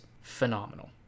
phenomenal